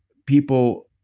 people